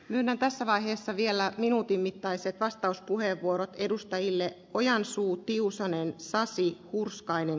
myönnän tässä vaiheessa vielä minuutin mittaisia vastauspuheenvuorot edustajille ojansuu tiusanen sasi puuskainen